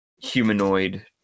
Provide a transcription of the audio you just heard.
humanoid